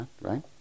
right